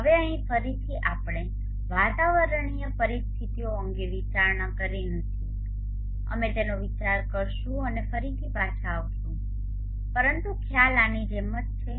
હવે અહીં ફરી આપણે વાતાવરણીય પરિસ્થિતિઓ અંગે વિચારણા કરી નથી અમે તેનો વિચાર કરીશું અને ફરીથી પાછા આવીશું પરંતુ ખ્યાલ આની જેમ છે